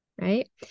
right